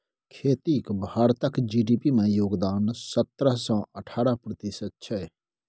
खेतीक भारतक जी.डी.पी मे योगदान सतरह सँ अठारह प्रतिशत छै